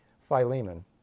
Philemon